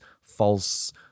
false